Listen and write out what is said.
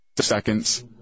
seconds